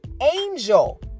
angel